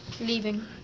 Leaving